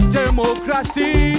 democracy